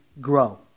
grow